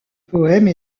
poèmes